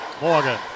Morgan